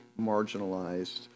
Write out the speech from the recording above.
marginalized